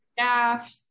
staff